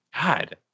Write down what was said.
God